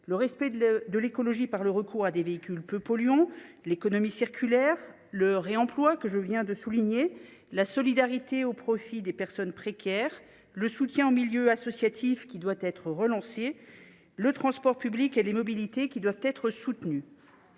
le respect de l’écologie par le recours à des véhicules peu polluants, l’économie circulaire, le réemploi – je viens d’en parler –, la solidarité en direction des personnes précaires, l’appui au milieu associatif, qui doit croître, enfin le transport public et les mobilités, qui doivent être soutenus.